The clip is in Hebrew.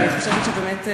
אני חושבת שבאמת,